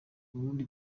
uburundi